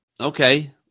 okay